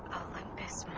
olympus